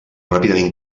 ràpidament